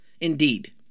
Indeed